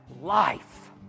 life